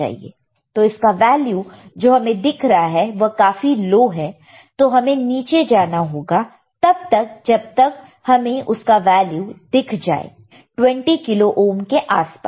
तो इसका वैल्यू जो हमें दिख रहा है वह काफी लो है तो हमें नीचे जाना होगा तब तक जब तक हमें उसका वैल्यू दिख जाए 20 किलो ओहम के आसपास